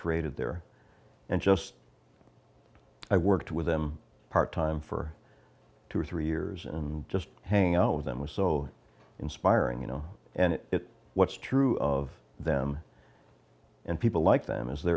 created there and just i worked with them part time for two or three years and just hanging out with them was so inspiring you know and it what's true of them and people like them is they